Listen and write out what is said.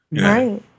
Right